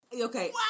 Okay